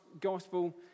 Gospel